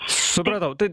supratau tai